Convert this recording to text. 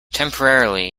temporarily